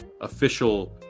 official